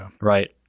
right